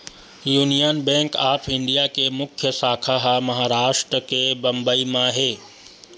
union bank of India के मुख्य साखा ह महारास्ट के बंबई म हे